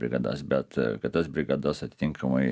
brigadas bet kad tas brigadas atitinkamai